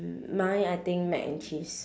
my I think mac and cheese